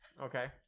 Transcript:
Okay